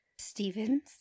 Stevens